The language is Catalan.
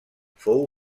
fou